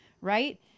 Right